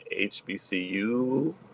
HBCU